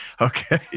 Okay